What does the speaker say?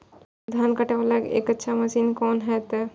धान कटे वाला एक अच्छा मशीन कोन है ते?